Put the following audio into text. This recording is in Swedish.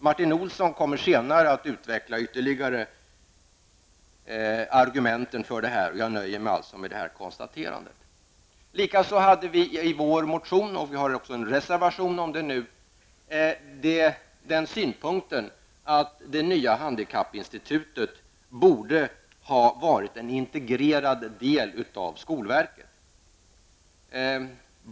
Martin Olsson kommer senare i debatten att utveckla vårt resonemang och att presentera ytterligare argument. För min del nöjer jag mig därför med det gjorda konstaterandet. Likaså framför vi både i en motion och i en reservation synpunkten att det nya handikappinstitutet borde ha utgjort en integrerad del av skolverket.